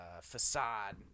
facade